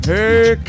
Hey